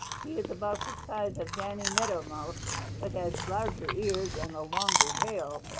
he is about the size of danny meadow mouse but has larger ears and a longer tail.